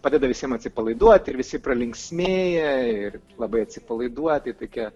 padeda visiem atsipalaiduoti ir visi pralinksmėja ir labai atsipalaiduoti tokia